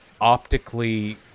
optically